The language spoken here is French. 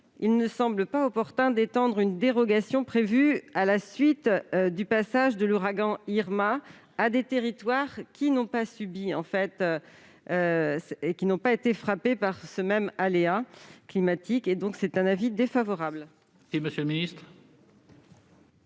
Il ne semble pas opportun d'étendre cette dérogation prévue à la suite du passage de l'ouragan Irma à des territoires qui n'ont pas été frappés par cet épisode climatique. L'avis de